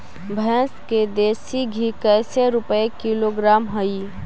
भैंस के देसी घी कैसे रूपये किलोग्राम हई?